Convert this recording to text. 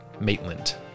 Maitland